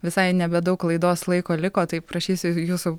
visai nebedaug laidos laiko liko tai prašysiu jūsų